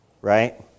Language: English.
right